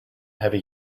heavy